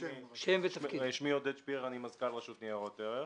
עודד שפירר, מזכ"ל רשות ניירות ערך.